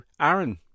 aaron